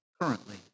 currently